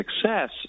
success